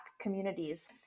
communities